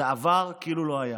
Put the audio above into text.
זה עבר כאילו לא היה.